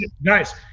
Nice